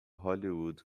hollywood